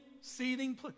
seething